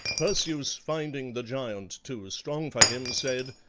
perseus, finding the giant too strong for him, said,